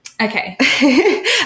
Okay